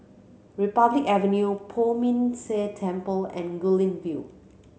Republic Avenue Poh Ming Tse Temple and Guilin View